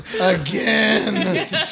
Again